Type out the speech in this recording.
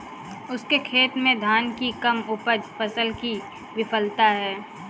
उसके खेत में धान की कम उपज फसल की विफलता है